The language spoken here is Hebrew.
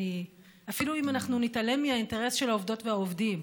אפילו אם אנחנו נתעלם מהאינטרס של העובדות והעובדים,